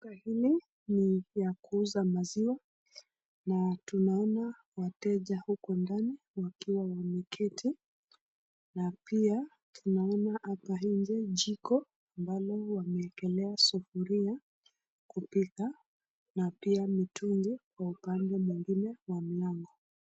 Duka hili ni yakuuza maziwa na tunaona wateja huko ndani wakiwa wameketi na pia tunaona hapa nje jiko ambalo wameekelea sufuria , kupika na pia mitungi kwa upande mwingine wa mlango.